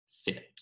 fit